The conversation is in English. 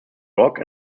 rock